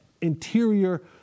interior